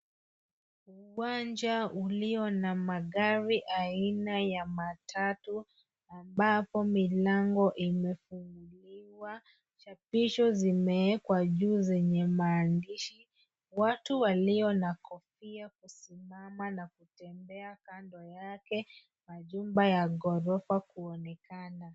Uwanja ulio na magari aina ya matatu ambapo milango imefunguliwa. Jabisho zimewekwa juu zenye maandishi. Watu walio na kofia huusimama na kutembea kando yake majumba ya ghorofa kuonekana.